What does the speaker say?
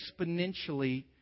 exponentially